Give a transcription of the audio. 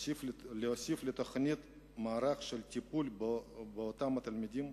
להוסיף לתוכנית גם מערך של טיפול באותם תלמידים,